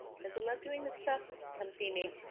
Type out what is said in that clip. cause i love doing this stuff come see me.